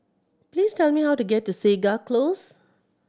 please tell me how to get to Segar Close